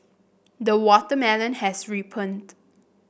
the watermelon has ripened